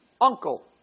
uncle